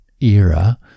era